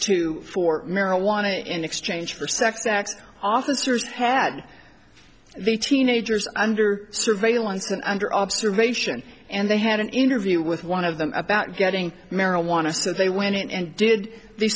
to for marijuana in exchange for sex acts officers had the teenagers under surveillance and under observation and they had an interview with one of them about getting marijuana so they went in and did the